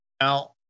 now